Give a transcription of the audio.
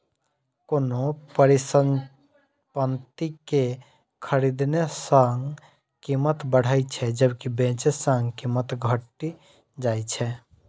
कोनो परिसंपत्ति कें खरीदने सं कीमत बढ़ै छै, जबकि बेचै सं कीमत घटि जाइ छै